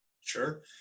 Sure